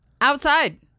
outside